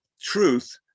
truth